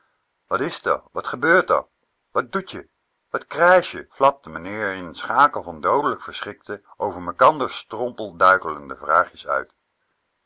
is d'r wat gebeurt r wat doet je wat krijsch je flapte meneer r in n schakel van doodelijk verschrikte over mekander strompel duikelende vraagjes uit